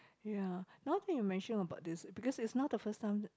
ya now that you mention about this because it's now the first time